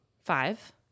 five